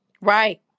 right